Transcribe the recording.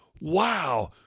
Wow